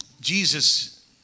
Jesus